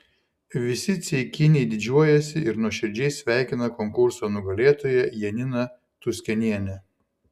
visi ceikiniai didžiuojasi ir nuoširdžiai sveikina konkurso nugalėtoją janiną tuskenienę